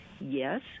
Yes